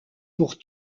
pour